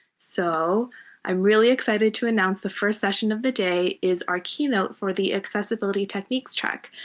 so i'm really excited to announce the first session of the day is our keynote for the accessibility techniques track.